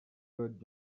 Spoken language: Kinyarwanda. bird